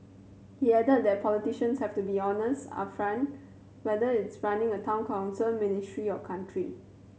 he added that politicians have to be honest upfront whether it's running a Town Council ministry or country